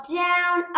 down